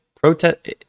protest